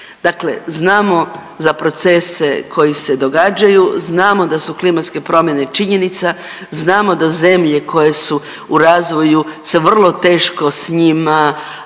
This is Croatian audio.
Dakle, znamo za procese koji se događaju, znamo da su klimatske promjene činjenica, znamo da zemlje koje su u razvoju sa vrlo teško s njima suočavaju